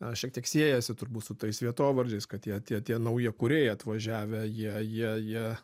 na šiek tiek siejasi turbūt su tais vietovardžiais kad jie tie tie naujakuriai atvažiavę jie jie jie